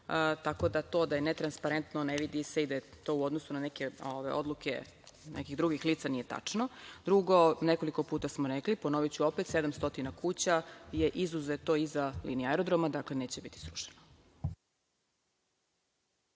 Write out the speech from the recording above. Tako da to da je netransparentno, ne vidi se i da je to u odnosu na neke odluke, nekih drugih lica, to nije tačno. Drugo, nekoliko puta smo rekli, a ponoviću opet 700 kuća je izuzeto iza linije aerodroma, dakle, neće biti srušeno.